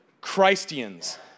Christians